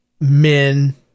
men